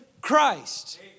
Christ